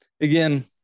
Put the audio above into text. again